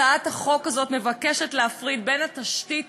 הצעת החוק הזאת מבקשת להפריד בין התשתית